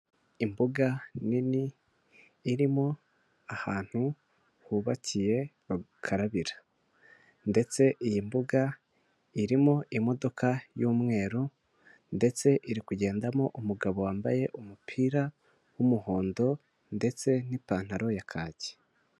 Imbuga nini irimo ahantu hubakiye bakarabira ndetse iyi mbuga irimo imodoka y'umweru ndetse iri kugendamo umugabo wambaye umupira w'umuhondo ndetse n'ipantaro ya kaki.